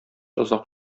озак